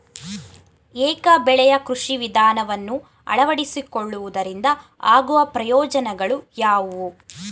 ಏಕ ಬೆಳೆಯ ಕೃಷಿ ವಿಧಾನವನ್ನು ಅಳವಡಿಸಿಕೊಳ್ಳುವುದರಿಂದ ಆಗುವ ಪ್ರಯೋಜನಗಳು ಯಾವುವು?